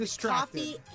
coffee